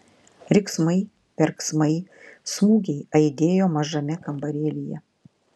riksmai verksmai smūgiai aidėjo mažame kambarėlyje